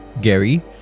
Gary